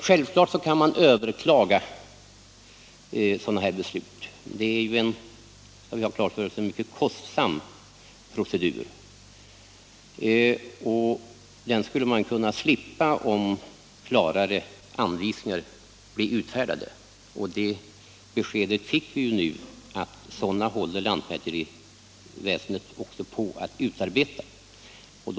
Självfallet kan man överklaga beslut i sådana här ärenden, men vi skall ha klart för oss att det är en mycket kostsam procedur. Den skulle man kunna slippa om klarare anvisningar utfärdades. Vi fick nu det beskedet att lantmäteriverket håller på att utarbeta sådana.